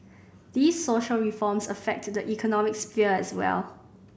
these social reforms affect the economic sphere as well